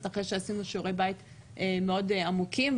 אחרי שעשינו שיעורי בית מאוד עמוקים,